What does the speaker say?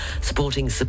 supporting